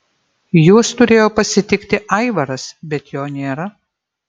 juos turėjo pasitikti aivaras bet jo nėra